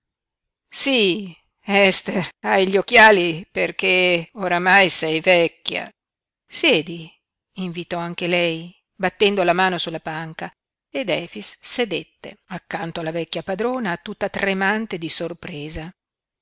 sí ester hai gli occhiali perché oramai sei vecchia siedi invitò anche lei battendo la mano sulla panca ed efix sedette accanto alla vecchia padrona tutta tremante di sorpresa